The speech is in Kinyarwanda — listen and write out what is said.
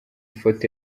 foto